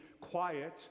quiet